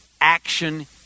action